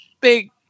big